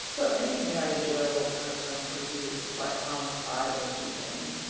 but maybe mary joe will cut some for you if i promise i won't eat any.